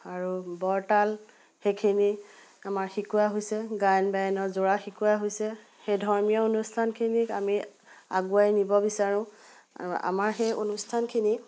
আৰু বৰতাল সেইখিনি আমাৰ শিকোৱা হৈছে গায়ন বায়নৰ যোৰা শিকোৱা হৈছে সেই ধৰ্মীয় অনুষ্ঠানখিনিক আমি আগুৱাই নিব বিচাৰোঁ আৰু আমাৰ সেই অনুষ্ঠানখিনিক